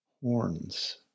horns